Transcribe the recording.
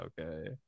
Okay